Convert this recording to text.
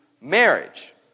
marriage